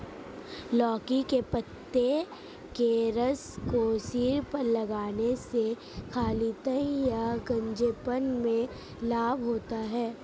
लौकी के पत्ते के रस को सिर पर लगाने से खालित्य या गंजेपन में लाभ होता है